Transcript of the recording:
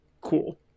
cool